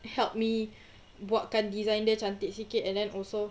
help me buatkan design dia cantik sikit and then also